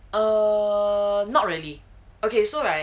err not really okay so right